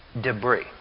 debris